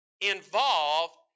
involved